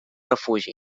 refugi